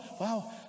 Wow